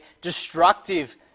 destructive